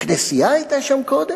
כנסייה היתה שם קודם.